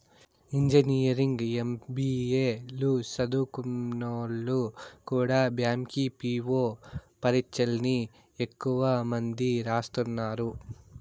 engineering, MBA లు సదుంకున్నోల్లు కూడా బ్యాంకి పీ.వో పరీచ్చల్ని ఎక్కువ మంది రాస్తున్నారు